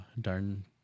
darn